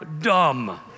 dumb